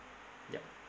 yup